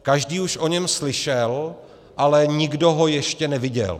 Každý už o něm slyšel, ale nikdo ho ještě neviděl.